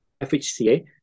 FHCA